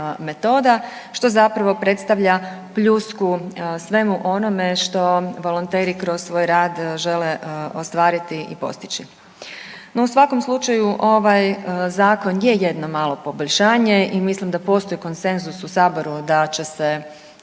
što zapravo predstavlja pljusku svemu onome što volonteri kroz svoj rad žele ostvariti i postići. No, u svakom slučaju ovaj zakon je jedno malo poboljšanje i mislim da postoji konsenzus u saboru da će se